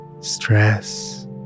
stress